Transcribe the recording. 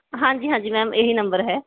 ਹਾਂਜੀ ਹਾਂਜੀ ਮੈਮ ਇਹੀ ਨੰਬਰ ਹੈ